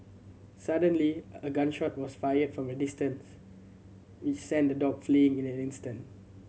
suddenly a gun shot was fired from a distance which sent the dog fleeing in an instant